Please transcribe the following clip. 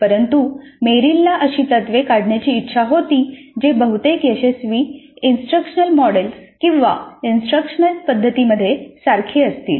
परंतु मेरिलला अशी तत्त्वे काढण्याची इच्छा होती जे बहुतेक यशस्वी इन्स्ट्रक्शनल मॉडेल्स किंवा इंस्ट्रक्शनल पद्धतींमध्ये सारखी असतील